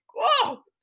whoa